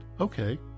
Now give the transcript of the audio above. okay